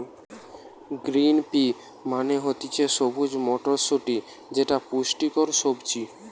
green pea মানে হতিছে সবুজ মটরশুটি যেটা পুষ্টিকর সবজি